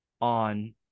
on